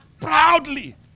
Proudly